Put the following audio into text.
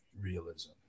realism